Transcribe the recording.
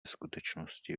skutečnosti